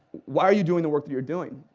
why are you doing the work that you're doing?